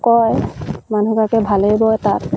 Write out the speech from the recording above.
কয় মানুহগৰাকীয়ে ভালেই বয় তাত